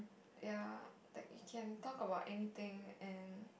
ya like you can talk about anything and